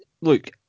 Look